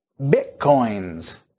Bitcoins